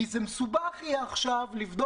כי הוא צריך לרדת,